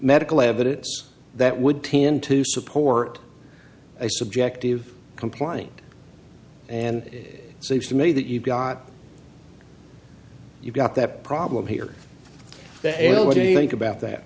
medical evidence that would tend to support a subjective complying and it seems to me that you've got you've got that problem here what do you think about that